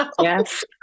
Yes